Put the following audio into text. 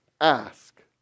ask